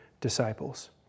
disciples